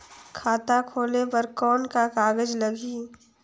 खाता खोले बर कौन का कागज लगही?